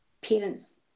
parents